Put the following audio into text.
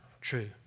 true